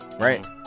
Right